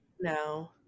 No